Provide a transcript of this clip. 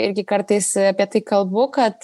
irgi kartais apie tai kalbu kad